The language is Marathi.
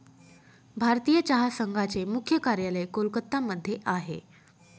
भारतीय चहा संघाचे मुख्य कार्यालय कोलकत्ता मध्ये आहे